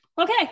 okay